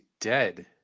dead